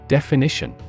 Definition